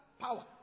power